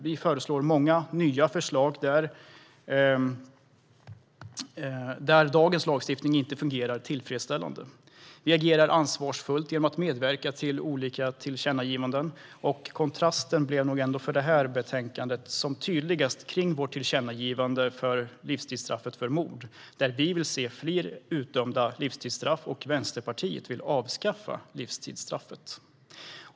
Vi föreslår många nya förslag där dagens lagstiftning inte fungerar tillfredsställande. Vi agerar ansvarsfullt genom att medverka till olika tillkännagivanden. Kontrasten blev nog ändå för det här betänkandet som tydligast när det gäller vårt tillkännagivande om livstidsstraffet för mord, där vi vill se fler utdömda livstidsstraff och Vänsterpartiet vill avskaffa livstidsstraffet.